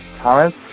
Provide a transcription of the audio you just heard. Thomas